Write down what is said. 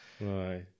Right